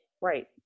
Right